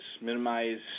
minimize